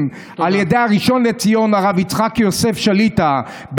על ידי הראשון לציון הרב יצחק יוסף שליט"א,